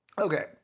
Okay